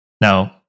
Now